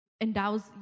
endows